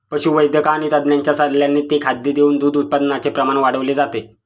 पशुवैद्यक आणि तज्ञांच्या सल्ल्याने ते खाद्य देऊन दूध उत्पादनाचे प्रमाण वाढवले जाते